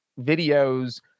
videos